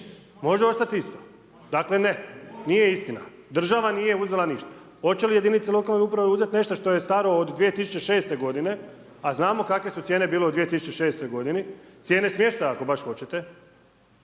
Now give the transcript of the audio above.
Može ostati isto. Dakle ne, nije istina, država nije uzela ništa. Hoće li jedinice lokalne uprave uzeti nešto što je staro od 2006. godine a znamo kakve su cijene bile u 2006. godini, cijene smještaja ako baš hoćete.